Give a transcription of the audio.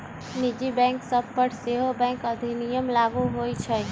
निजी बैंक सभ पर सेहो बैंक अधिनियम लागू होइ छइ